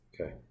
Okay